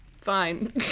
fine